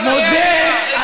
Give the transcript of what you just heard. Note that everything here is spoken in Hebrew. אני מודה,